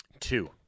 Two